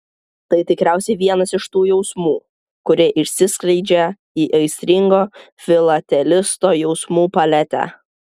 tai tikriausiai vienas iš tų jausmų kurie išsiskleidžia į aistringo filatelisto jausmų paletę